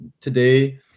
today